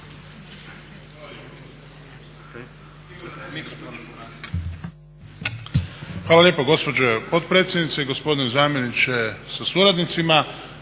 Hvala lijepo gospođo potpredsjednice. Gospodine zamjeniče sa suradnicima.